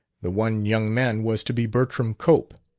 the one young man was to be bertram cope.